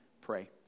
pray